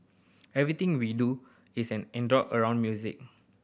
everything we do is anchored around music